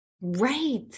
right